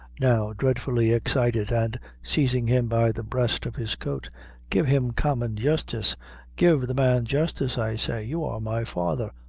now dreadfully excited, and seizing him by the breast of his coat give him common justice give the man justice, i say. you are my father,